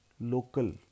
local